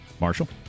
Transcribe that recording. Marshall